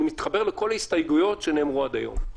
אני מתחבר לכל ההסתייגויות שנאמרו עד היום.